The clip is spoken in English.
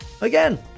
again